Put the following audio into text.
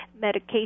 medication